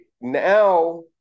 now –